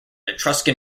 etruscan